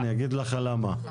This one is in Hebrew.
אני אגיד לך למה.